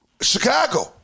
Chicago